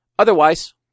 Otherwise